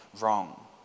wrong